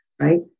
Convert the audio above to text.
right